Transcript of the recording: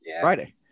Friday